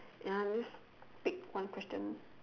ya I am just take one question